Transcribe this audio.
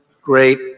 great